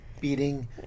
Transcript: Beating